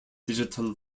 digital